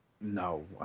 No